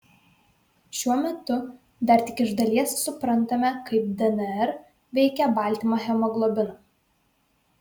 šiuo metu dar tik iš dalies suprantame kaip dnr veikia baltymą hemoglobiną